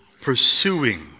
pursuing